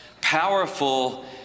powerful